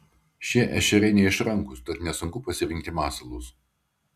šie ešeriai neišrankūs tad nesunku pasirinkti masalus